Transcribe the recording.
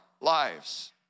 lives